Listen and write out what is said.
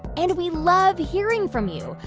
and we love hearing from you.